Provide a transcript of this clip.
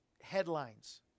headlines